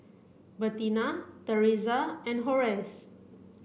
Bertina Theresa and Horace